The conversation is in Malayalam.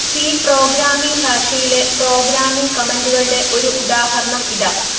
സി പ്രോഗ്രാമിംഗ് ഭാഷയിലെ പ്രോഗ്രാമിംഗ് കമന്റുകളുടെ ഒരു ഉദാഹരണം ഇതാ